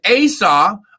Asa